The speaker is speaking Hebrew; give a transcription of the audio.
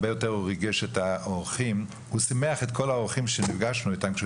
הוא שימח את כל האורחים שנפגשנו איתם כשהוא